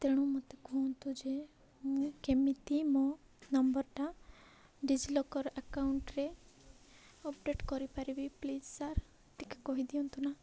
ତେଣୁ ମୋତେ କୁହନ୍ତୁ ଯେ ମୁଁ କେମିତି ମୋ ନମ୍ବର୍ଟା ଡିଜିଲକର୍ ଆକାଉଣ୍ଟ୍ରେ ଅପ୍ଡ଼େଟ୍ କରିପାରିବି ପ୍ଲିଜ୍ ସାର୍ ଟିକିଏ କହିଦିଅନ୍ତୁ ନା